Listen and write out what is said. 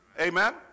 Amen